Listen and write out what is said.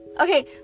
Okay